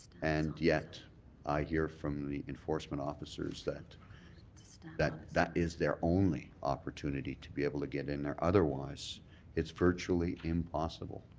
and yet i hear from the enforcement officers that that that is their only opportunity to be able to get in there, otherwise it's virtually impossible.